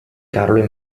carlo